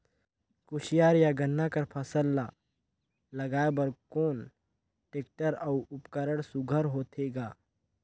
कोशियार या गन्ना कर फसल ल लगाय बर कोन टेक्टर अउ उपकरण सुघ्घर होथे ग?